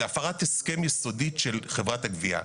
זה הפרת הסכם יסודית של חברת הגבייה.